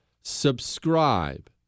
subscribe